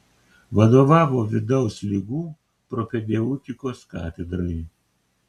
vadovavo vidaus ligų propedeutikos katedrai